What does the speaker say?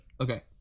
Okay